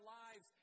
lives